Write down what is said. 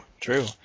True